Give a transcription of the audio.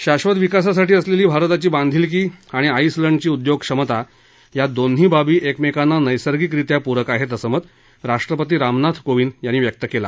शाश्वत विकासासाठी असलेली भारताची बांधिलकी आणि आइसलंडची उद्योगक्षमता या दोन्ही बाबी एकमेकांना नैर्सगिकरित्या पुरक आहेत असं मत राष्ट्रपती रामनाथ कोविंद यांनी व्यक्त केलं